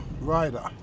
rider